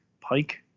pike